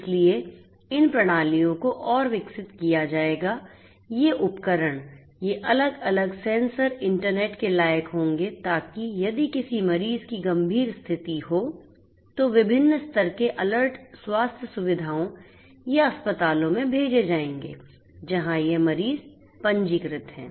इसलिए इन प्रणालियों को और विकसित किया जाएगा ये उपकरण ये अलग अलग सेंसर इंटरनेट के लायक होंगे ताकि यदि किसी मरीज की गंभीर स्थिति हो तो विभिन्न स्तर के अलर्ट स्वास्थ्य सुविधाओं या अस्पतालों में भेजे जाएंगे जहां यह मरीज पंजीकृत हैं